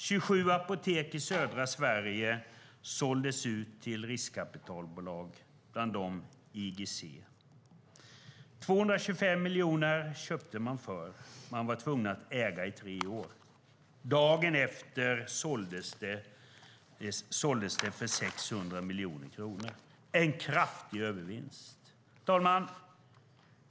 27 apotek i södra Sverige såldes ut till riskkapitalbolag, däribland IGC. De köpte apoteken för 225 miljoner och var tvungna att äga dem i tre år. Dagen efter såldes de för 600 miljoner kronor - en kraftig övervinst. Herr talman!